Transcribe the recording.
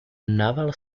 naval